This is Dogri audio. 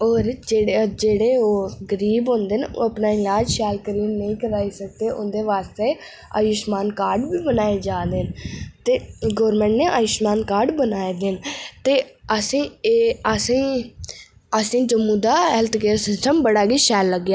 और जेह्ड़े जेह्ड़े ओ गरीब होंदे न ओह् अपना इलाज शैल करियै नेईं कराई सकदे उं'दे आस्ते अयुशमान कार्ड बी बनाए जा दे न ते गोरमैंट नै अयुशमान कार्ड बनाए दे न ते असें एह् असेंई असेंई जम्मू दा हैल्थ केयर सिस्टम बड़ा गै शैल लग्गेया